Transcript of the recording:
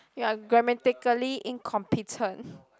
you're grammatically incompetent